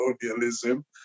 colonialism